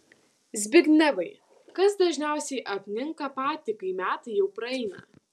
zbignevai kas dažniausiai apninka patį kai metai jau praeina